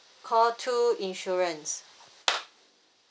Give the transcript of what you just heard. call two insurance